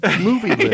movie